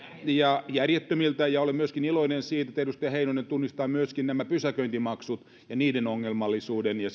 ja järjettömiltä ja olen iloinen myöskin siitä että edustaja heinonen tunnistaa myöskin nämä pysäköintimaksut ja niiden ongelmallisuuden ja